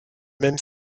même